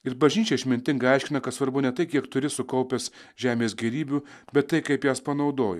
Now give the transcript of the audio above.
ir bažnyčia išmintingai aiškina kad svarbu ne tai kiek turi sukaupęs žemės gėrybių bet tai kaip jas panaudoji